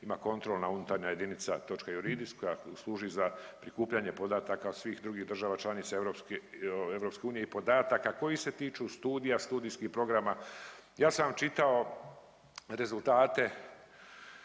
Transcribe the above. ima kontrolna unutarnja jedinica točke juridis koja služi za prikupljanje podataka svih drugih država članice EU i podataka koji se tiču studija, studijskih programa. Ja sam vam čitao rezultate